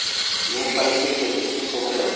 मूँगफली के खेती ठीक होखे?